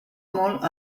molt